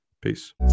Peace